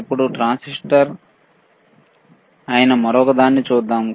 ఇప్పుడు ట్రాన్సిస్టర్ అయిన మరొకదాన్ని చూద్దాం